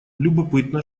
любопытно